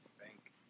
bank